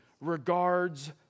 regards